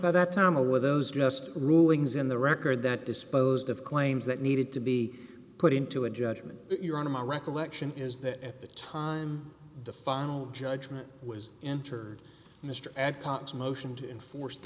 by that time over those just rulings in the record that disposed of claims that needed to be put into a judgment your honor my recollection is that at the time the final judgment was entered mr ad pops motion to enforce the